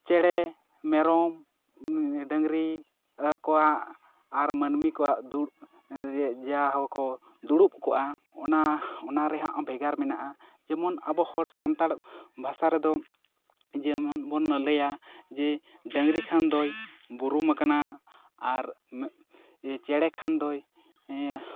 ᱪᱮᱬᱮ ᱢᱮᱨᱚᱢ ᱰᱟᱹᱝᱨᱤ ᱠᱚᱣᱟᱜ ᱟᱨ ᱢᱟᱹᱱᱢᱤ ᱠᱚᱣᱟᱜ ᱡᱟᱦᱳ ᱠᱚ ᱫᱩᱲᱩᱵ ᱠᱚᱜᱼᱟ ᱚᱱᱟ ᱚᱱᱟ ᱨᱮᱭᱟᱜ ᱦᱚᱸ ᱵᱷᱮᱜᱮᱨ ᱢᱮᱱᱟᱜᱼᱟ ᱡᱮᱢᱚᱱ ᱟᱵᱚ ᱦᱚᱲ ᱥᱟᱱᱛᱟᱲ ᱵᱷᱟᱥᱟ ᱨᱮᱫᱚ ᱡᱮᱢᱚᱱ ᱵᱚᱱ ᱞᱟᱹᱭᱟ ᱡᱮ ᱰᱟᱹᱝᱨᱤ ᱠᱷᱟᱱ ᱫᱚᱭ ᱵᱩᱨᱩᱱ ᱟᱠᱟᱱᱟ ᱟᱨ ᱡᱮ ᱪᱮᱬᱮ ᱠᱷᱟᱱ ᱫᱚᱭ